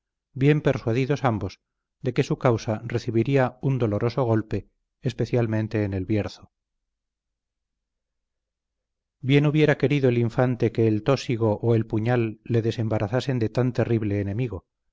bien persuadidos ambos de que su causa recibiría un doloroso golpe especialmente en el bierzo bien hubiera querido el infante que el tósigo o el puñal le desembarazasen de tan terrible enemigo